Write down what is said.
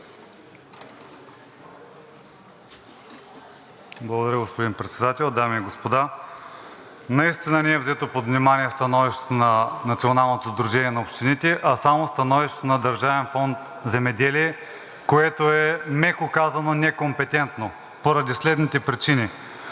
Благодаря, господин Председател. Дами и господа! Наистина не е взето под внимание становището на Националното сдружение на общините, а само становището на Държавен фонд „Земеделие“, което е, меко казано, некомпетентно поради следните причини.